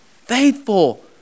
Faithful